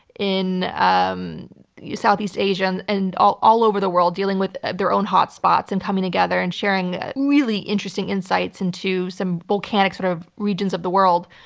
in um southeast asia and and all all over the world dealing with their own hotspots and coming together and sharing really interesting insights into some volcanic sort of regions of the world.